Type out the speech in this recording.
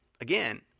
Again